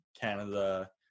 Canada